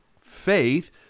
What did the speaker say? faith